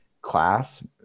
class